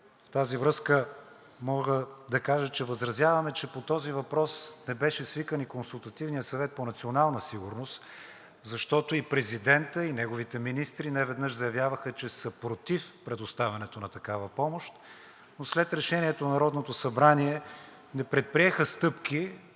В тази връзка мога да кажа, че възразяваме, че по този въпрос не беше свикан и Консултативният съвет по национална сигурност, защото и президентът, и неговите министри неведнъж заявяваха, че са против предоставянето на такава помощ, но след Решението на Народното събрание не предприеха стъпки,